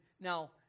now